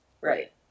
Right